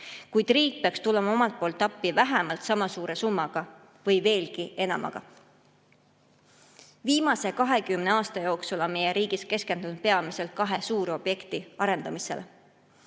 kuid riik peaks tulema appi vähemalt sama suure summaga või veelgi enamaga. Viimase 20 aasta jooksul on meie riigis keskendutud peamiselt kahe suurobjekti arendamisele: